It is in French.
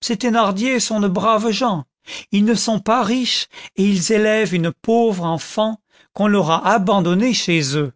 ces thénardier sont de braves gens ils ne sont pas riches et ils élèvent un pauvre enfant qu'on leur a abandonné chez eux